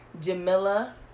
Jamila